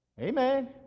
Amen